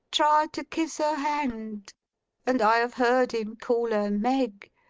try to kiss her hand and i have heard him call her meg,